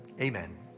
Amen